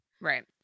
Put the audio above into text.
Right